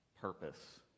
purpose